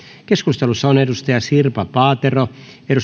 keskustelussa on sirpa paatero